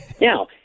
Now